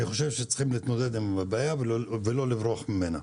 אני חושב שצריכים להתמודד עם הבעיה ולא לברוח ממנה.